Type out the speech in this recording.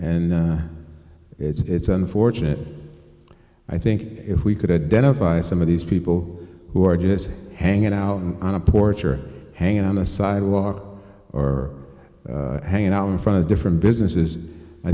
and it's unfortunate i think if we could identify some of these people who are just hanging out on a porch or hanging on a sidewalk or hanging out in front of different businesses i